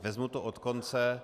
Vezmu to od konce.